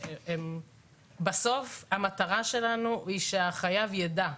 בסוף המטרה שלנו היא שהחייב ידע,